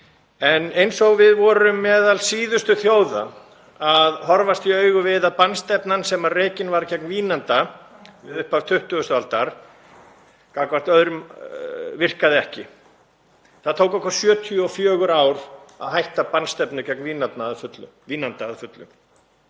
hér líka. Við vorum meðal síðustu þjóða að horfast í augu við að bannstefnan sem rekin var gegn vínanda við upphaf 20. aldar virkaði ekki. Það tók okkur 74 ár að hætta bannstefnu gegn vínanda að fullu.